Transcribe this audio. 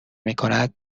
میکند